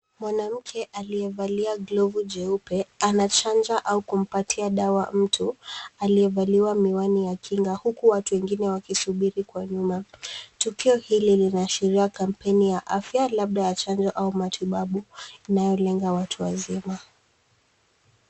Mwanamke aliyevalia glovu jeupe anachanja au kumpatia dawa mtu aliyevaliwa miwani ya kinga huku watu wengine wakisubiri kwa nyuma. Tukio hili linaashiria kampeni ya afya, labda ya chanjo au matibabu inayolenga watu wazima.